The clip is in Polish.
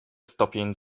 stopień